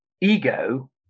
ego